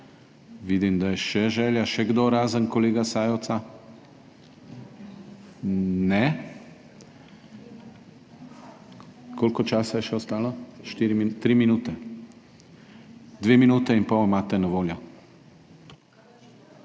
Vidim, da je še želja. Še kdo, razen kolega Sajovica? (Ne.) Koliko časa je še ostalo? 4, 3 min. Dve minuti in pol imate na voljo.